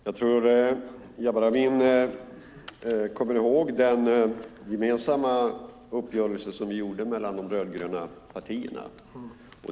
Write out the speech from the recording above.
Fru talman! Jabar Amin minns säkert den gemensamma uppgörelsen mellan de rödgröna partierna.